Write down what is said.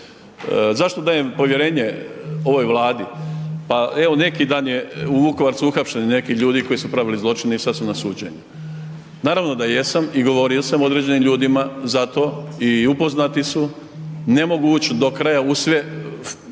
Zašto dajem povjerenje ovoj Vladi? Pa evo neki dan je u Vukovaru su uhapšeni neki ljudi koji su pravili zločine i sad su na suđenju. Naravno da jesam i govorio sam određenim ljudima za to, i upoznati su, ne mogu ući do kraja u sve